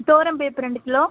துவரம் பருப்பு ரெண்டு கிலோ